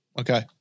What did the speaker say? okay